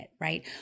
right